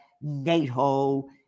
NATO